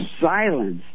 silence